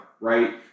right